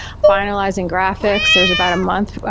finalizing graphics, there's about a month,